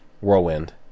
Whirlwind